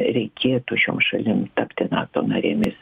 reikėtų šiom šalim tapti nato narėmis